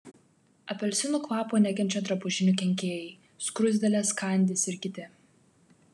apelsinų kvapo nekenčia drabužinių kenkėjai skruzdėlės kandys ir kiti